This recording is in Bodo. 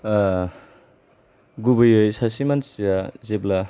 ओ गुबैयै सासे मानसिआ जेब्ला